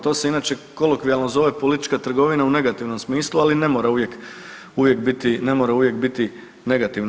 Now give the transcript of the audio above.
To se inače kolokvijalno zove politička trgovina u negativnom smislu, ali ne mora uvijek biti negativno.